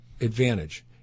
advantage